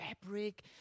Fabric